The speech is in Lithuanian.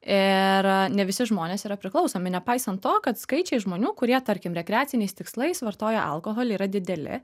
ir ne visi žmonės yra priklausomi nepaisant to kad skaičiai žmonių kurie tarkim rekreaciniais tikslais vartoja alkoholį yra dideli